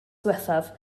ddiwethaf